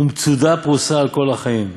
ומצודה פרוסה על כל החיים,